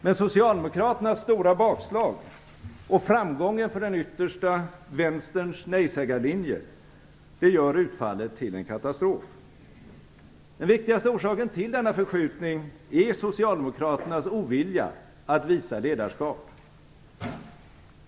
Men socialdemokraternas stora bakslag och framgången för den yttersta vänsterns nej-sägarlinje gör utfallet till en katastrof. Den viktigaste orsaken till denna förskjutning är socialdemokraternas ovilja att visa ledarskap.